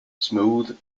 smooth